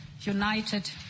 united